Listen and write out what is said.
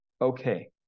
Okay